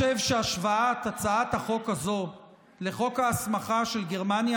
שהשוואת הצעת החוק הזו לחוק ההסמכה של גרמניה